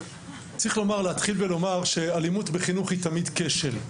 צריך להתחיל ולומר שאלימות בחינוך היא תמיד כשל.